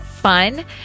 Fun